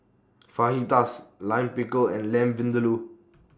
Fajitas Lime Pickle and Lamb Vindaloo